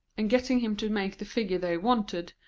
and getting him to make the figure they wanted,